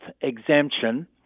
exemption